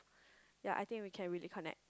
ya I think we can really connect